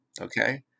Okay